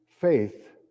faith